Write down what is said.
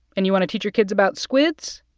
and you want to teach your kids about squids.